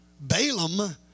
Balaam